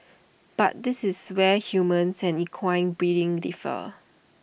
but this is where humans and equine breeding differ